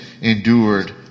endured